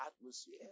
atmosphere